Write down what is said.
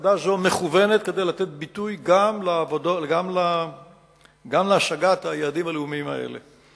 עבודה זו מכוונת לתת ביטוי גם להשגת היעדים הלאומיים האלה.